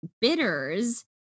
bitters